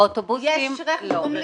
באוטובוסים לא.